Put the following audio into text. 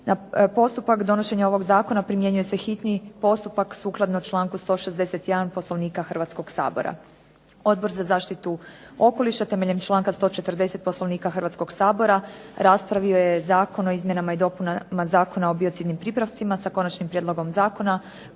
Postupak donošenja ovog zakona primjenjuje se hitni postupak sukladno članku 161. Poslovnika Hrvatskog sabora. Odbor za zaštitu okoliša temeljem članka 140. Poslovnika Hrvatskog sabora raspravio Zakon o izmjenama i dopunama Zakona o biocidnim pripravcima s Konačnim prijedlogom zakona